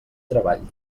treball